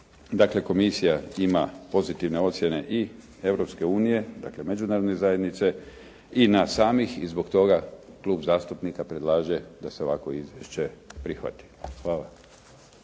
Dakle komisija ima pozitivne ocjene i Europske unije, dakle Međunarodne zajednice i nas samih i zbog toga klub zastupnika predlaže da se ovakvo izvješće prihvati. Hvala.